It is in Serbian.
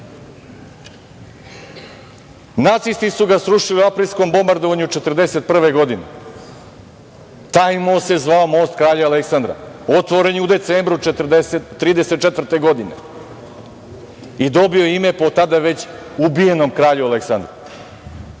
nacisti su ga srušili u aprilskom bombardovanju 1941. godine. Taj most se zvao Most kralja Aleksandra. Otvoren je u decembru 1934. godine i dobio je ime po tada već ubijenom kralju Aleksandru. Ja